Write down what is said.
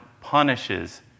punishes